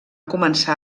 començar